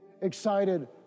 excited